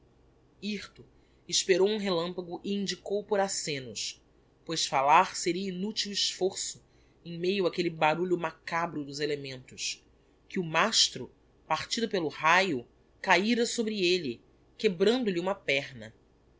hirto esperou um relampago e indicou por acenos pois falar seria inutil esforço em meio áquelle barulho macabro dos elementos que o mastro partido pelo raio caíra sobre elle quebrando lhe uma perna